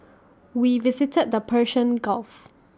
we visited the Persian gulf